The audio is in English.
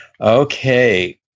Okay